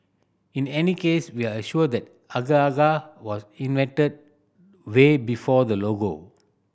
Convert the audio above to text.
in any case we are assure the agar agar was invented way before the logo